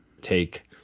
take